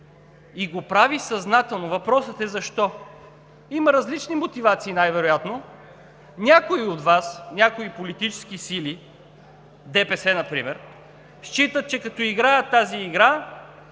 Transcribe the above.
и го прави съзнателно. Въпросът е: защо? Най-вероятно има различни мотивации. Някои от Вас, някои политически сили – ДПС например, считат, че като играят тази игра,